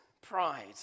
pride